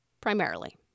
primarily